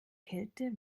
kälte